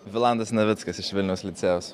vladas navickas iš vilniaus licėjaus